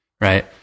Right